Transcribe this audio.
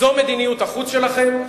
זו מדיניות החוץ שלכם,